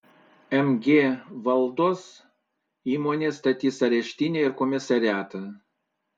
mg valdos įmonė statys areštinę ir komisariatą